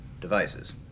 devices